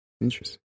Interesting